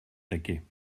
taquet